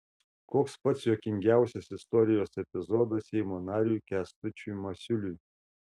koks pats juokingiausias istorijos epizodas seimo nariui kęstučiui masiuliui